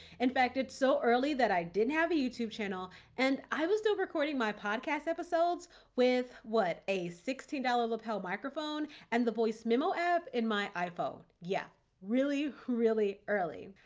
in fact, it's so early that i didn't have a youtube channel and i was still recording my podcast episodes with, what, a sixteen dollars lapel microphone and the voice memo app in my iphone. yeah. really, really early.